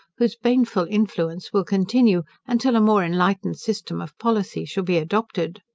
whose baneful influence will continue, until a more enlightened system of policy shall be adopted.